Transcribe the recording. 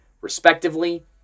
respectively